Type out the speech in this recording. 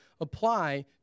apply